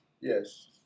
Yes